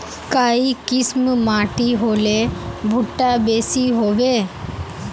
काई किसम माटी होले भुट्टा बेसी होबे?